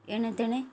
ଏଣେ ତେଣେ